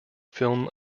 film